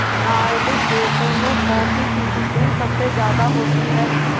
Nordic देशों में coffee की बिक्री सबसे ज्यादा होती है